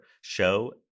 show